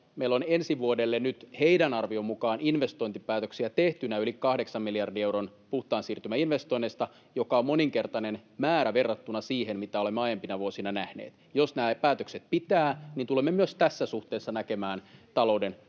meillä on ensi vuodelle nyt heidän arvionsa mukaan investointipäätöksiä tehtynä yli kahdeksan miljardin euron puhtaan siirtymän investoinnit, joka on moninkertainen määrä verrattuna siihen, mitä olemme aiempina vuosina nähneet. Jos nämä päätökset pitävät, niin tulemme myös tässä suhteessa näkemään talouden